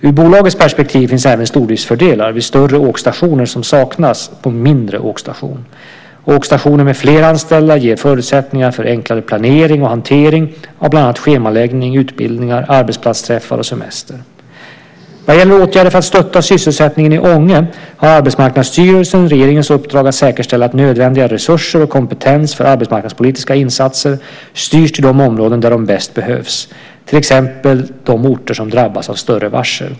Ur bolagets perspektiv finns även stordriftsfördelar vid större åkstationer som saknas på en mindre åkstation. Åkstationer med fler anställda ger förutsättningar för enklare planering och hantering av bland annat schemaläggning, utbildningar, arbetsplatsträffar och semester. Vad gäller åtgärder för att stötta sysselsättningen i Ånge har Arbetsmarknadsstyrelsen regeringens uppdrag att säkerställa att nödvändiga resurser och kompetens för arbetsmarknadspolitiska insatser styrs till de områden där de bäst behövs, till exempel orter som drabbas av större varsel.